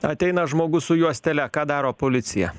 ateina žmogus su juostele ką daro policija